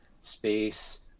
space